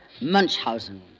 Munchausen